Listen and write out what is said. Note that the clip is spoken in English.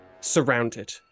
surrounded